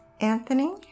Anthony